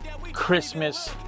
Christmas